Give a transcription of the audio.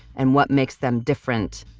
and what makes them different,